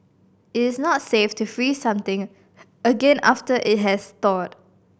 it is not safe to freeze something again after it has thawed